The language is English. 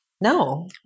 No